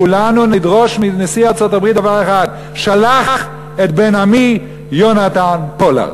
כולנו נדרוש מנשיא ארצות-הברית דבר אחד: שלח את בן עמי יונתן פולארד.